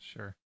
Sure